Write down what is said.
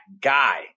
guy